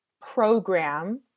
program